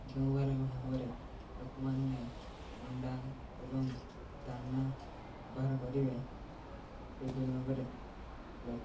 ଯେଉଁଭଳି ଭାବରେ ଲୋକମାନେ ଅଣ୍ଡା ଏବଂ ଦାନା ବ୍ୟବହାର କରିବେ ସେହିପରି ଭାବରେ ଲ